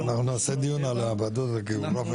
--- אנחנו נעשה דיון על הוועדות הגיאוגרפיות.